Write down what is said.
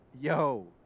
Yo